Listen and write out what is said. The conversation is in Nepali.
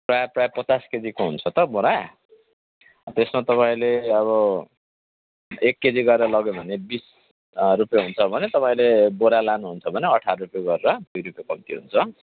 प्रायः प्रायः पचास केजीको हुन्छ त बोरा त्यसमा तपाईँले अब एक केजी गरेर लग्यो भने बिस अँ रुपियाँ हुन्छ भने तपाईँले बोरा लानुहुन्छ भने अठार रुपियाँ गरेर दुई रुपियाँ कम्ती हुन्छ